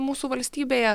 mūsų valstybėje